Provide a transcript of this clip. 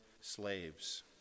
slaves